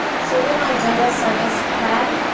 so when i do this i just play,